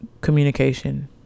Communication